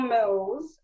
Mills